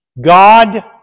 God